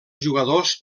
jugadors